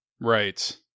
Right